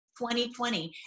2020